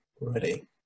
ready